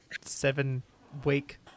seven-week